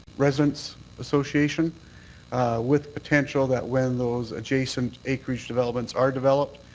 residents association with potential that when those adjacent acreage developments are developed,